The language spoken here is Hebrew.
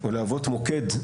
או להוות מוקד,